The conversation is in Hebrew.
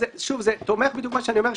זה תומך בדיוק במה שאני אומר,